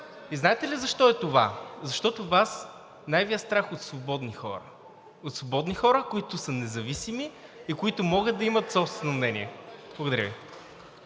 И знаете ли защо е това – защото Вас най Ви е страх от свободни хора. От свободни хора, които са независими и които могат да имат собствено мнение. Благодаря Ви.